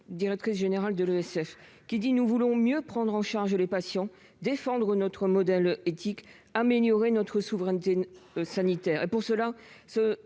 directrice générale de l'ESF qui dit nous voulons mieux prendre en charge les patients défendre notre modèle éthique améliorer notre souveraineté sanitaire